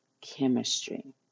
chemistry